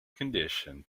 condition